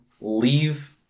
leave